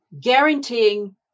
guaranteeing